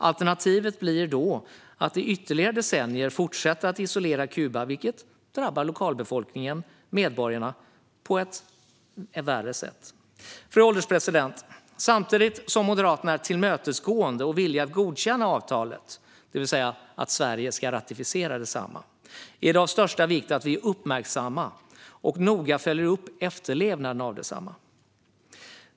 Alternativet blir då att i ytterligare decennier fortsätta att isolera Kuba, vilket drabbar Kubas befolkning och medborgare på ett värre sätt. Fru ålderspresident! Samtidigt som Moderaterna är tillmötesgående och villiga att godkänna utskottets förslag, det vill säga att Sverige ska ratificera avtalet, är det av största vikt att vara uppmärksam och noga följa upp efterlevnaden av avtalet.